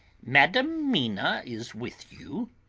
madam mina is with you?